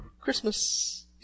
Christmas